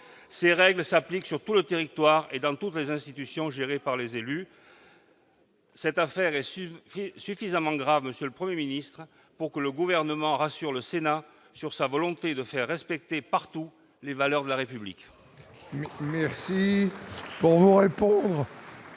Ces règles s'appliquent sur tout le territoire et dans toutes les institutions gérées par des élus. Cette affaire est suffisamment grave, monsieur le Premier ministre, pour que le Gouvernement rassure le Sénat sur sa volonté de faire respecter partout les valeurs de la République.